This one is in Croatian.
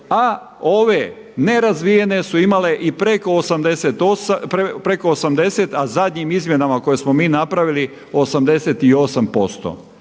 a ove nerazvijene su imale i preko 80 a zadnjim izmjenama koje smo mi napravili 88%.